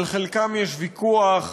על חלקם יש ויכוח,